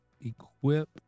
equip